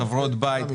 חברות בית,